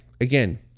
again